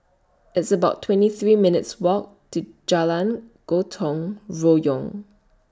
It's about twenty three minutes' Walk to Jalan Gotong Royong